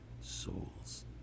souls